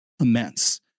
immense